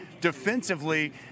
Defensively